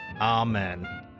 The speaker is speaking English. Amen